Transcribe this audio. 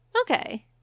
Okay